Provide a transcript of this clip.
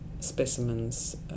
specimens